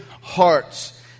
hearts